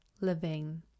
living